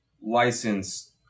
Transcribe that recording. license